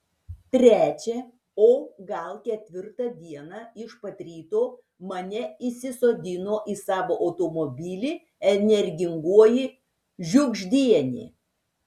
trečią o gal ketvirtą dieną iš pat ryto mane įsisodino į savo automobilį energingoji žiugždienė